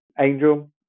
Angel